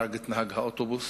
הרג את נהג האוטובוס